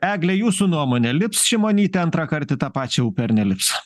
egle jūsų nuomone lips šimonytė antrąkart į tą pačią upę ar nelips